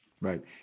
Right